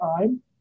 time